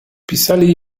pisali